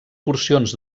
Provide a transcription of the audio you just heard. porcions